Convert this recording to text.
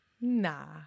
Nah